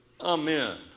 Amen